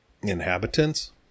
inhabitants